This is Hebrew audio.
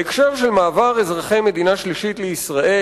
בהקשר של מעבר אזרחי מדינה שלישית לישראל,